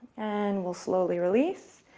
and we'll slowly release.